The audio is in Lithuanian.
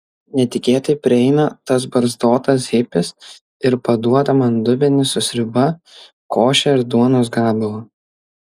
netikėtai prieina tas barzdotas hipis ir paduoda man dubenį su sriuba koše ir duonos gabalą